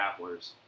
Grapplers